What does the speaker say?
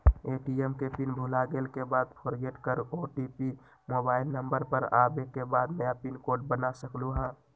ATM के PIN भुलागेल के बाद फोरगेट कर ओ.टी.पी मोबाइल नंबर पर आवे के बाद नया पिन कोड बना सकलहु ह?